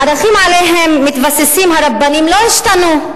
הערכים שעליהם מתבססים הרבנים לא השתנו,